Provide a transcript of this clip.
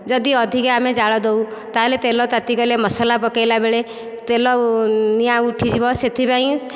ଯଦି ଅଧିକ ଆମେ ଜାଳ ଦେଉ ତା'ହେଲେ ତେଲ ତାତିଗଲେ ମସଲା ପକାଇଲାବେଳେ ତେଲ ନିଆଁ ଉଠିଯିବ ସେଥିପାଇଁ